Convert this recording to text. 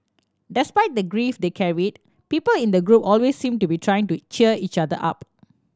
despite the grief they carried people in the group always seemed to be trying to cheer each other up